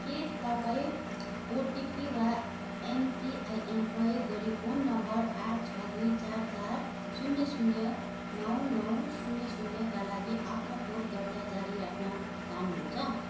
के तपाईँ ओटिपी वा एमपिआइएन प्रयोग गरी फोन नम्बर आठ छ दुई चार चार शून्य शून्य नौ नौ शून्य शून्यका लागि आफ्नो खोप दर्ता जारी राख्न चाहनुहुन्छ